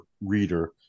reader